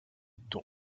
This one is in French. dont